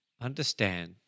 Understand